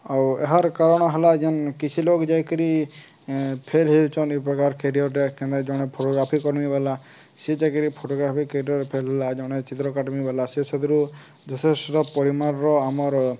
ଆଉ ଏହାର କାରଣ ହେଲା ଯେନ୍ କିଛି ଲୋକ୍ ଯାଇକିରି ଫେଲ୍ ହେଉଛନ୍ ଏଇ ପ୍ରକାର୍ କେରିିଅର୍ଟେ କେ ଜଣେ ଫଟୋଗ୍ରାଫି କର୍ମି ବଏଲା ସେ ଯାଇକିରି ଫୋଟୋଗ୍ରାଫି କେରିଅର୍ ଫେଲ୍ ହେଲା ଜଣେ ଚିତ୍ର କାଟ୍ମି ବଏଲା ସେ ସେଥିରୁ ଯଥେଷ୍ଟ ପରିମାଣର ଆମର୍